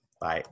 Bye